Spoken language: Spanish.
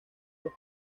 los